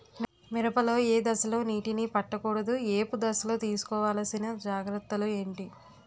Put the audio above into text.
మిరప లో ఏ దశలో నీటినీ పట్టకూడదు? ఏపు దశలో తీసుకోవాల్సిన జాగ్రత్తలు ఏంటి?